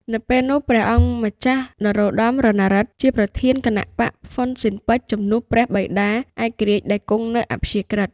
នៅពេលនោះព្រះអង្គម្ចាស់នរោត្តមរណឫទ្ធិ ជាប្រធានគណបក្សហ៊ុនស៊ិនប៉ិចជំនួសព្រះបិតាឯករាជ្យដែលគង់នៅជាអព្យាក្រឹត្យ។